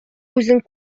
үзең